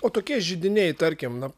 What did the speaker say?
o tokie židiniai tarkim na